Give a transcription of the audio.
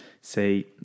say